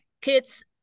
kids